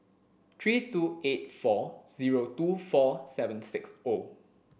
three two eight four zero two four seven six O